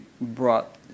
brought